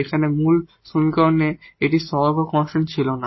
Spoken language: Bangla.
যেখানে মূল সমীকরণে এটি কোইফিসিয়েন্ট কনস্ট্যান্ট ছিল না